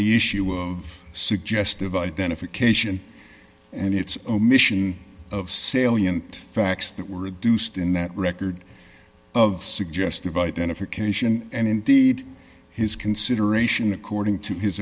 the issue of suggestive identification and its omission of salient facts that were reduced in that record of suggestive identification and indeed his consideration according to his